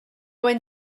one